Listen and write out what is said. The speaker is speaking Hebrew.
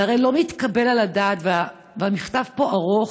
זה הרי לא מתקבל על הדעת, והמכתב פה ארוך,